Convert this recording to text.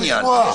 לי